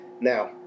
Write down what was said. now